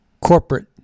corporate